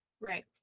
Right